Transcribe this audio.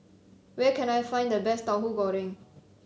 where can I find the best Tauhu Goreng